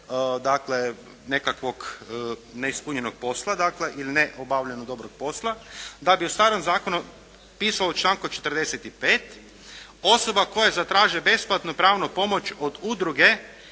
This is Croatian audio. dakle nekakvog neispunjenog posla ili neobavljeno dobrog posla da bi u starom zakonu pisalo u članku 45.: "Osobe koje zatraže besplatnu pravnu pomoć od udruge